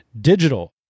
Digital